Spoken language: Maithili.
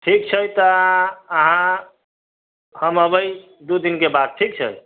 ठीक छै तऽ अहाँ हम अबै दू दिन के बाद ठीक छै